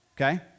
Okay